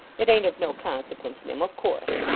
it ain't of no consequence, mim, of course